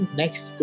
next